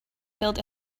built